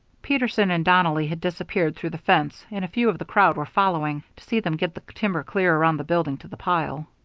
peterson and donnelly had disappeared through the fence, and a few of the crowd were following, to see them get the timber clear around the building to the pile.